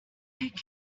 take